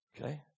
Okay